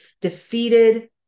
defeated